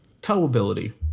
towability